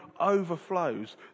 overflows